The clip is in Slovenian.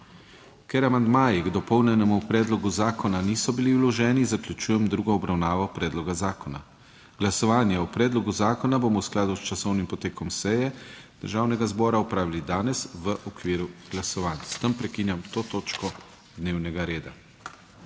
Ker amandmaji k dopolnjenemu predlogu zakona niso bili vloženi, zaključujem drugo obravnavo predloga zakona, Glasovanje o predlogu zakona bomo v skladu s časovnim potekom seje Državnega zbora opravili danes v okviru glasovanj. S tem prekinjam to točko dnevnega reda.